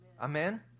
Amen